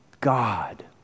God